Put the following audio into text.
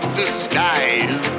disguise